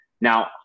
now